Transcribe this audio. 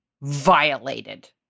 violated